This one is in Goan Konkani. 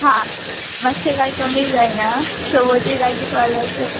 हां मात्शें कांय कमी जायना चवतूय लागीं पावल्या सो